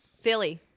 Philly